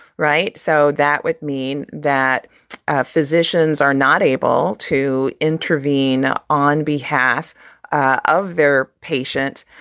right. so that would mean that physicians are not able to intervene on behalf of their patient.